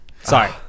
Sorry